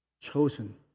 chosen